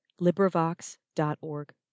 LibriVox.org